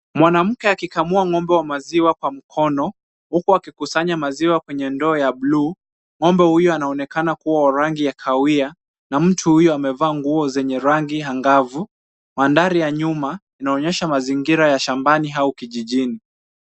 Mwanamke akikamua ng'ombe wa maziwa kwa mkono, huku akikikusanya maziwa kwenye ndoo ya buluu. Ng'ombe huyu anaonekana kuwa wa rangi ya kahawia, na mtu huyu amevaa nguo zenye rangi angavu. Mandari ya nyuma inaonyesha mazingira ya shambani au kijijini.